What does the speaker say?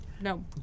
No